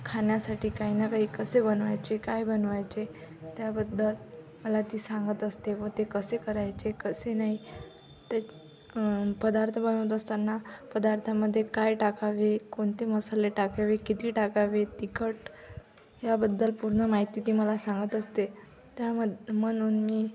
खाण्यासाठी काहीना काही कसे बनवायचे काय बनवायचे त्याबद्दल मला ती सांगत असते व ते कसे करायचे कसे नाही ते पदार्थ बनवत असताना पदार्थामध्ये काय टाकावे कोणते मसाले टाकावे किती टाकावे तिखट ह्याबद्दल पूर्ण माहिती ती मला सांगत असते त्यामद् म्हणून मी